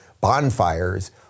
bonfires